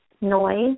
noise